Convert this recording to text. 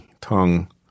tongue